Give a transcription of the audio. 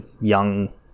young